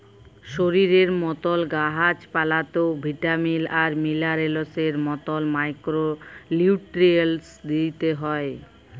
শরীরের মতল গাহাচ পালাতেও ভিটামিল আর মিলারেলসের মতল মাইক্রো লিউট্রিয়েল্টস দিইতে হ্যয়